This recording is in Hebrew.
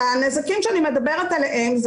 הנזקים שאני מדברת עליהם,